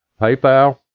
PayPal